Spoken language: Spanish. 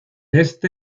este